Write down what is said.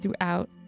throughout